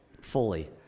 fully